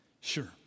sure